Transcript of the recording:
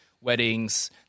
weddings